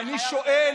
אני שואל,